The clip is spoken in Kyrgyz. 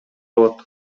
болот